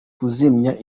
kuzimya